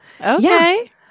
Okay